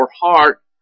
heart